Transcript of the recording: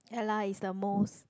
Ella is the most